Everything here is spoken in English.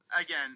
Again